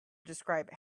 describe